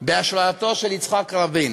בהשראתו של יצחק רבין,